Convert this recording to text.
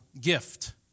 gift